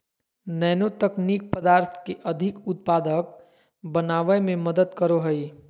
nano तकनीक पदार्थ के अधिक उत्पादक बनावय में मदद करो हइ